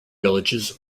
villages